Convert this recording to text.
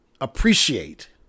appreciate